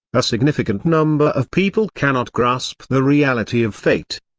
a significant number of people cannot grasp the reality of fate.